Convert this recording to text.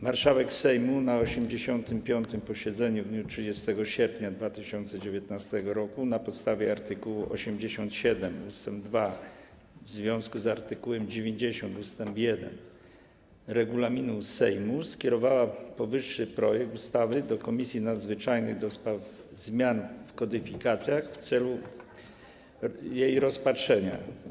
Marszałek Sejmu na 85. posiedzeniu w dniu 30 sierpnia 2019 r. na podstawie art. 87 ust. 2 w związku z art. 90 ust. 1 regulaminu Sejmu skierowała powyższy projekt ustawy do Komisji Nadzwyczajnej do spraw zmian w kodyfikacjach w celu rozpatrzenia.